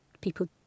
people